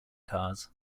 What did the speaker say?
cars